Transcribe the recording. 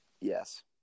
Yes